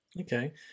Okay